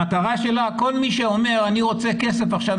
כל מי שאומר אני רוצה כסף עכשיו,